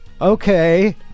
Okay